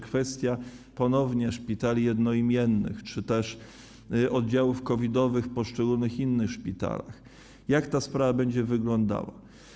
Kwestia ponownie szpitali jednoimiennych czy też oddziałów COVID-owych w poszczególnych innych szpitalach - jak ta sprawa będzie wyglądała?